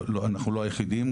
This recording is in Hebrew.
אנחנו לא היחידים,